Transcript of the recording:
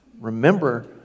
Remember